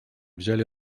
взяли